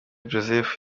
joseph